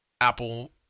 Apple